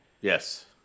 Yes